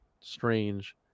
Strange